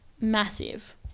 massive